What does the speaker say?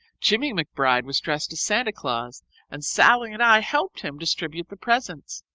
jimmie mcbride was dressed as santa claus and sallie and i helped him distribute the presents.